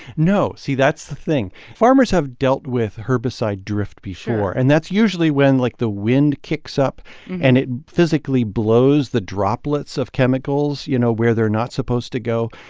no. see that's the thing. farmers have dealt with herbicide drift before sure and that's usually when, like, the wind kicks up and it physically blows the droplets of chemicals, you know, where they're not supposed to go.